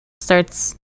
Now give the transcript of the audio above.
starts